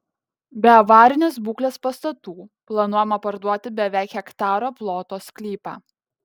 be avarinės būklės pastatų planuojama parduoti beveik hektaro ploto sklypą